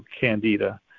candida